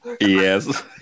Yes